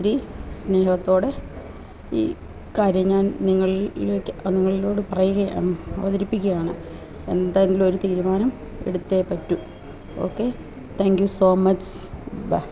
ഒത്തിരി സ്നേഹത്തോടെ ഈ കാര്യം ഞാൻ നിങ്ങളിലേക്ക് നിങ്ങളോട് പറയുകയാണ് അവതരിപ്പിക്കുകയാണ് എന്തെങ്കിലും ഒരു തീരുമാനം എടുത്തേ പറ്റു okay thank you so much by